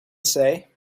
say